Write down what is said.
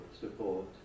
support